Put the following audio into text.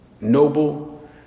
noble